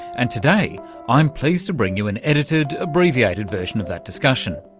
and today i'm pleased to bring you an edited abbreviated version of that discussion.